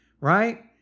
right